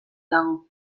dago